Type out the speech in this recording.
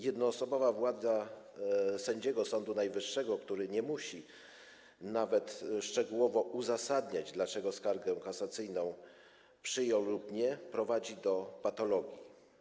Jednoosobowa władza sędziego Sądu Najwyższego, który nie musi nawet szczegółowo uzasadniać, dlaczego skargę kasacyjną przyjął lub nie, prowadzi do patologii.